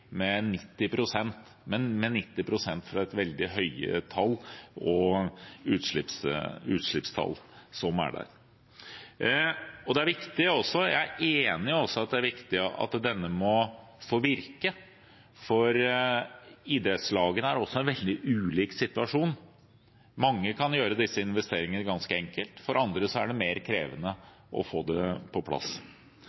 med 90 pst., fra et veldig høyt utslippstall. Jeg er enig i at det er viktig at denne må få virke, for idrettslagene er også i en veldig ulik situasjon. Mange kan gjøre disse investeringene ganske enkelt, for andre er det mer krevende